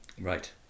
right